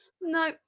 no